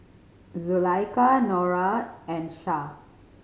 Zulaikha Nura and Shah